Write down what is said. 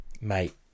mate